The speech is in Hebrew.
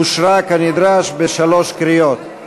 התשע"ו 2015, אושרה כנדרש בשלוש קריאות.